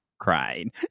crying